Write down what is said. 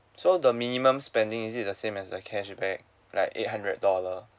so the minimum spending is it the same as like cashback like eight hundred dollar